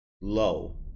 low